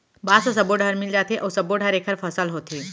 बांस ह सब्बो डहर मिल जाथे अउ सब्बो डहर एखर फसल होथे